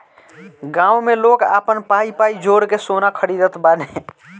गांव में लोग आपन पाई पाई जोड़ के सोना खरीदत बाने